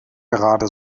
gerade